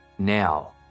now